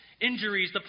injuries